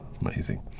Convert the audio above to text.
Amazing